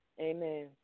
Amen